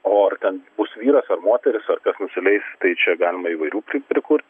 o ar ten bus vyras ar moteris ar kas nusileis tai čia galima įvairių pri prikurt